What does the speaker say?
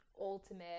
ultimate